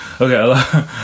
okay